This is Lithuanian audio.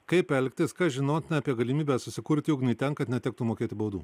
kaip elgtis kas žinotina apie galimybę susikurti ugnį tam kad netektų mokėti baudų